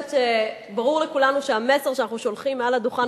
ברור לכולנו שהמסר שאנחנו שולחים מעל הדוכן